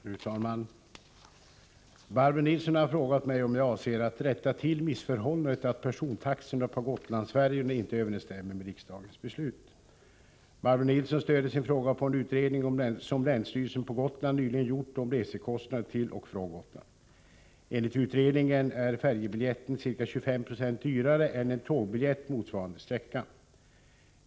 Fru talman! Barbro Nilsson i Visby har frågat mig om jag avser att rätta till missförhållandet att persontaxorna på Gotlandsfärjorna inte överensstämmer med riksdagens beslut. Barbro Nilsson stöder sin fråga på en utredning som länsstyrelsen på Gotland nyligen gjort om resekostnader till och från Gotland. Enligt utredningen är färjebiljetten ca 25 76 dyrare än en tågbiljett motsvarande sträcka.